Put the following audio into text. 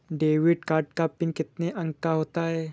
Debit card का PIN कितने अंकों का होता है?